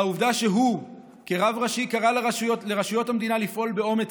העובדה שהוא כרב ראשי קרא לרשויות המדינה לפעול באומץ